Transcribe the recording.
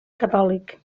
catòlic